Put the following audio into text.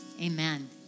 amen